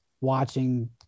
Watching